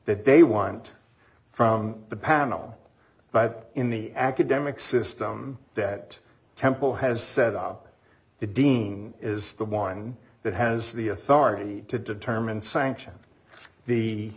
that they want from the panel but in the academic system that temple has set up the dean is the one that has the authority to determine sanction